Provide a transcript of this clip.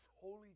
holy